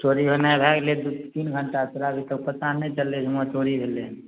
चोरी भेनाए भए गेलै दू तीन घंटा तोरा अभी तक पता नहि चललै जे हुआँ चोरी भेलै हन